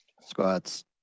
Squats